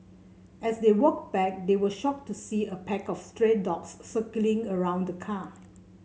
as they walked back they were shocked to see a pack of stray dogs circling around the car